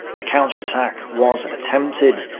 a counterattack was attempted.